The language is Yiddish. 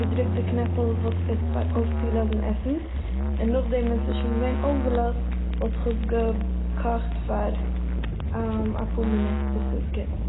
געדריקט די קנעפל וואס איז פאר אויפצולאזן עסן און נאכדעם ווען ס'איז שוין געווען אויפגעלאזט וואלט איך עס געקאכט פאר אפאר מונוט ביז ס'איז גוט.